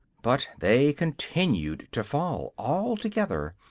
but they continued to fall, all together,